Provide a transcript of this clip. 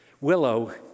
Willow